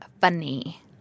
funny